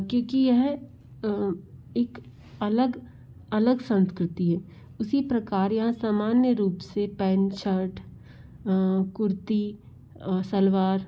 क्योंकि यह इक अलग अलग संकृति है उसी प्रकार यहाँ सामान्य रूप से पैंन शर्ट कुर्ती सलवार